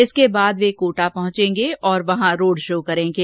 इसके बाद वे कोटा पहुंचेंगे और वहां रोड शो करेंगे